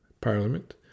parliament